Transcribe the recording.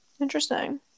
Interesting